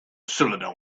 cylinder